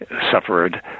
suffered